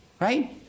right